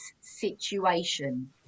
situation